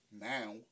Now